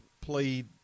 played